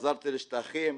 חזרתי לשטחים,